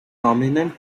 dominant